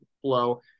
flow